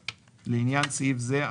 לעניין סעיף זה,